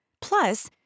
Plus